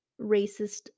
racist